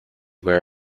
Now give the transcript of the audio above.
where